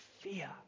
fear